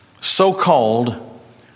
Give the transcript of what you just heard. so-called